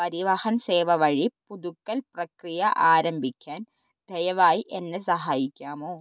പരിവാഹൻ സേവ വഴി പുതുക്കൽ പ്രക്രിയ ആരംഭിക്കാൻ ദയവായി എന്നെ സഹായിക്കാമോ